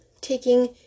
taking